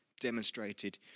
demonstrated